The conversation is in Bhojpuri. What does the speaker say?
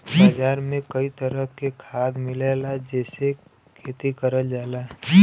बाजार में कई तरह के खाद मिलला जेसे खेती करल जाला